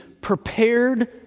prepared